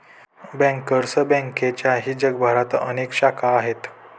bankers बँकेच्याही जगभरात अनेक शाखा आहेत